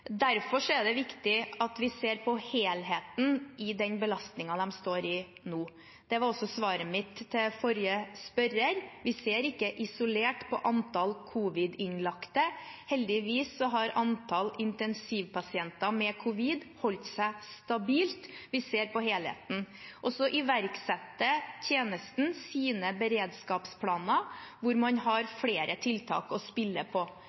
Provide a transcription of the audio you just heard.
Derfor er det viktig at vi ser på helheten i den belastningen de står i nå. Det var også svaret mitt til forrige spørrer. Vi ser ikke isolert på antall covid-innlagte – heldigvis har antall intensivpasienter med covid holdt seg stabilt – vi ser på helheten. Så iverksetter tjenesten sine beredskapsplaner, hvor man har flere tiltak å spille på: